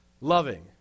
loving